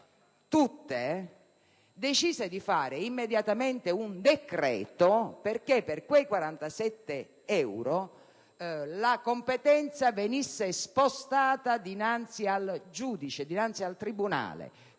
tutte - decise di varare immediatamente un decreto perché per quei 47 euro la competenza venisse spostata dinanzi al tribunale,